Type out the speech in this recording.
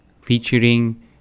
featuring